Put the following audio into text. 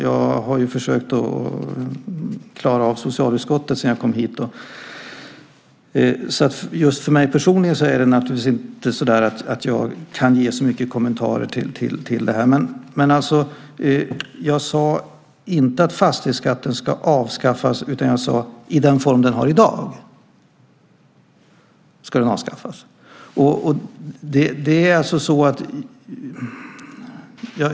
Jag har försökt klara av socialutskottet sedan jag kom hit. Personligen kan jag därför inte ge så mycket kommentarer till det här. Men jag sade inte att fastighetsskatten ska avskaffas, utan jag sade att den ska avskaffas i den form den har i dag.